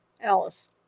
Alice